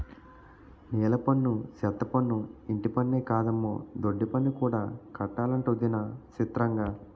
నీలపన్ను, సెత్తపన్ను, ఇంటిపన్నే కాదమ్మో దొడ్డిపన్ను కూడా కట్టాలటొదినా సిత్రంగా